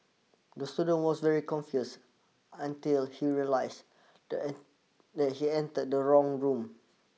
the student was very confused until he realised that that he entered the wrong room